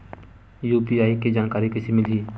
UPI के जानकारी कइसे मिलही?